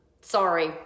Sorry